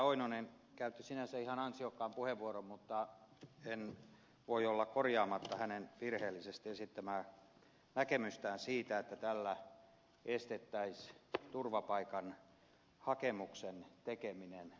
oinonen käytti sinänsä ihan ansiokkaan puheenvuoron mutta en voi olla korjaamatta hänen virheellisesti esittämää näkemystään siitä että tällä estettäisiin turvapaikkahakemuksen tekeminen